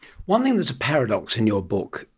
one thing that is a paradox in your book,